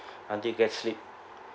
until get sleep